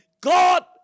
God